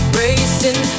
racing